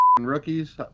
rookies